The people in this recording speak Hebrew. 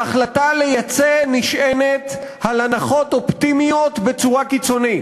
ההחלטה לייצא נשענת על הנחות אופטימיות בצורה קיצונית.